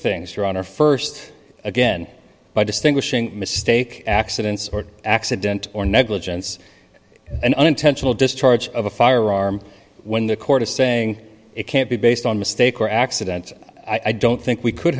things your honor st again by distinguishing mistake accidents or accident or negligence and unintentional discharge of a firearm when the court is saying it can't be based on mistake or accident i don't think we could